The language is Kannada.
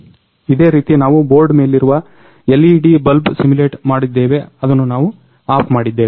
ಇದೇ ರೀತಿ ನಾವು ಬೋರ್ಡ್ ಮೇಲಿರುವ LED ಬಲ್ಬ್ ಸಿಮುಲೆಟ್ ಮಾಡಿದ್ದೇವೆ ಮತ್ತದನ್ನ ನಾವು ಆಫ್ ಮಾಡಿದ್ದೇವೆ